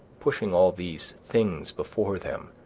pushing all these things before them,